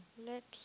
next